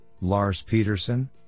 Lars-Peterson